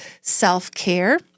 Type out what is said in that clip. self-care